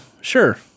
sure